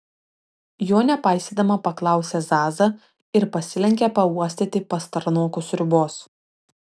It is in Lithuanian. jo nepaisydama paklausė zaza ir pasilenkė pauostyti pastarnokų sriubos